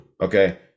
okay